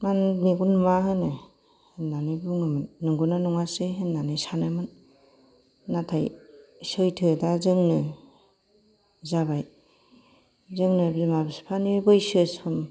मानो मेगन नुवा होनो होनानै बुङोमोन नंगौना नङासै होननानै सानोमोन नाथाय सैथो दा जोंनो जाबाय जोंनो बिमा बिफानि बैसोसिम